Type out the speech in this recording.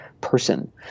person